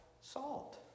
salt